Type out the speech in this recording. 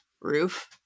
roof